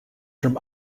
from